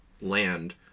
land